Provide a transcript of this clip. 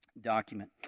document